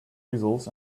easels